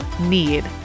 need